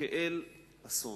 כאל אסון.